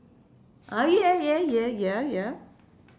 ah yeah yeah yeah ya ya